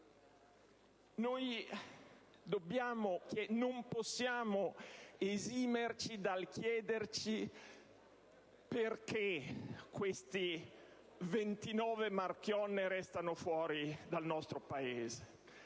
noi non possiamo esimerci dal chiederci perché questi 29 Marchionne restano fuori dal nostro Paese,